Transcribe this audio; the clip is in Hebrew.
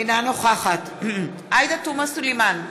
אינה נוכחת עאידה תומא סלימאן,